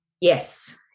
Yes